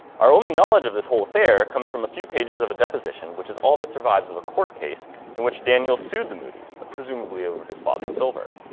our only knowledge of this whole affair comes from a few pages of a deposition which has all that survives of a court case in which daniel sued the moody's, presumably over his father's silver.